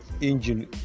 engine